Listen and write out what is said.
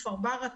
כפר ברא,